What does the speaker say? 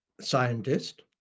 scientist